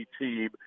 team